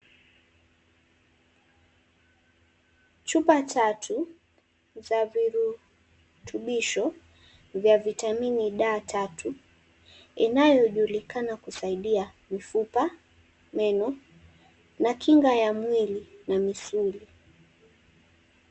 Chumba tatu za virutubisho vya Vitamini D3, inayojulikana kusiadia mifupa, meno na kinga ya mwili na misuli.